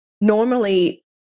normally